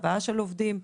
הבאה של עובדים,